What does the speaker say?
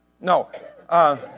No